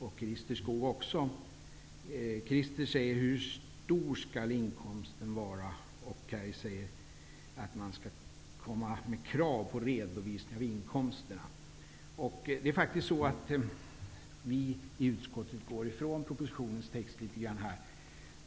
Christer Skoog frågade hur stor inkomsten skall vara, och Kaj Larsson sade att man skall ställa krav på redovisning av inkomsterna. Det är faktiskt på det sättet att vi i utskottet går ifrån propositionens text litet grand i detta sammanhang.